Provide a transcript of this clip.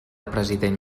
president